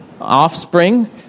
offspring